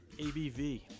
ABV